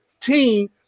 team